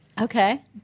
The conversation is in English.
okay